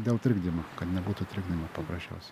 dėl trikdymo kad nebūtų trikdymo paprasčiaus